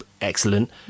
excellent